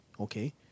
Okay